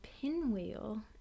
Pinwheel